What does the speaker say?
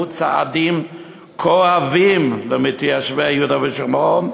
צעדים כואבים למתיישבי יהודה ושומרון,